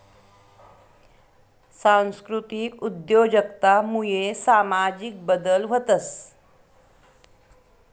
सांस्कृतिक उद्योजकता मुये सामाजिक बदल व्हतंस